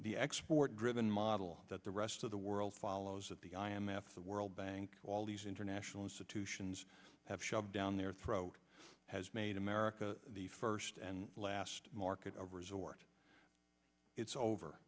the export driven model that the rest of the world follows of the i m f the world bank all these international institutions have shoved down their throat has made america the first and last market a resort it's over